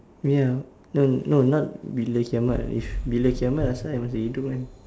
oh ya no no not bila kiamat if bila kiamat asal I masih hidup kan